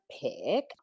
pick